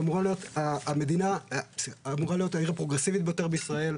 שאמורה להיות העיר הפרוגרסיבית ביותר בישראל.